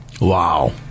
Wow